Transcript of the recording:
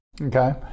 Okay